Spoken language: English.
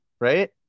right